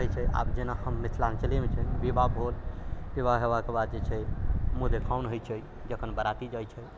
होइ छै आब जेना हम मिथिलाञ्चले मे छियनि विवाह बहुत विवाह हेबाके बाद जे छै मुँह देखाओन होइ छै जखन बराती जाइ छै